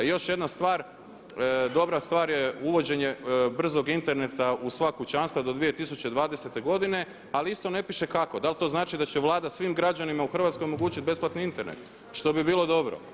I još jedna stvar, dobra stvar je uvođenje brzog interneta u sva kućanstva do 220 godine ali isto ne piše kako, da li to znači da će Vlada svim građanima u Hrvatskoj omogućiti besplatni Internet što bi bilo dobro.